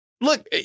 Look